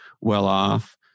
well-off